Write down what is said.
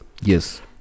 yes